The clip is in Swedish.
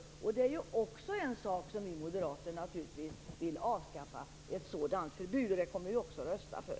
Det är naturligtvis också en sak som vi moderater vill avskaffa, och det kommer vi också att rösta för.